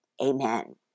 Amen